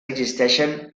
existeixen